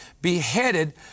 beheaded